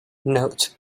note